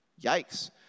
Yikes